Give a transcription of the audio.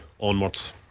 onwards